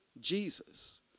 Jesus